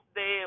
de